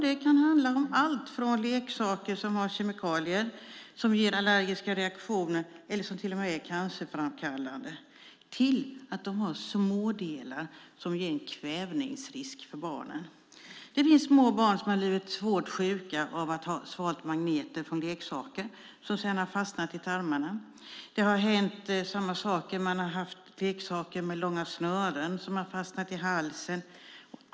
Det kan handla om allt från leksaker som innehåller kemikalier, som ger allergiska reaktioner eller som till och med är cancerframkallande till leksaker som har smådelar som utgör en kvävningsrisk för barnen. Det finns små barn som har blivit svårt sjuka av att ha svalt magneter från leksaker som sedan har fastnat i tarmarna. Samma sak har hänt när barn har haft leksaker med långa snören som har fastnat i halsen.